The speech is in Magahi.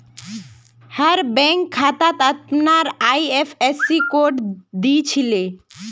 हर बैंक खातात अपनार आई.एफ.एस.सी कोड दि छे